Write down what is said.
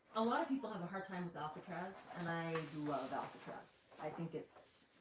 a lot of people have a hard time with alcatraz, and i love alcatraz. i think it's